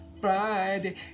Friday